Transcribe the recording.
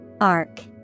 Arc